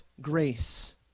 grace